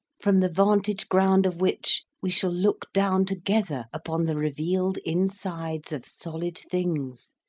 from the vantage-ground of which we shall look down together upon the revealed insides of solid things,